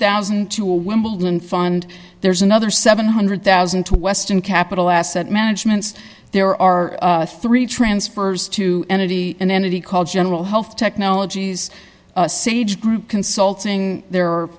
thousand and two wimbledon fund there's another seven hundred thousand and two western capital asset management so there are three transfers to entity an entity called general health technologies sage group consulting there are